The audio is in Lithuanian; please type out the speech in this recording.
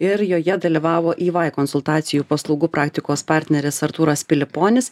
ir joje dalyvavo ey konsultacijų paslaugų praktikos partneris artūras piliponis